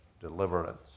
deliverance